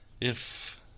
if-